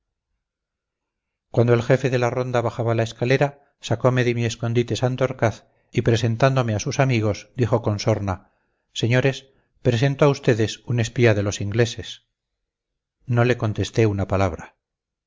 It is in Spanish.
cuando el jefe de la ronda bajaba la escalera sacome de mi escondite santorcaz y presentándome a sus amigos dijo con sorna señores presento a ustedes un espía de los ingleses no le contesté una palabra